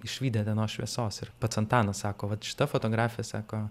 išvydę dienos šviesos ir pats antanas sako vat šita fotografija sako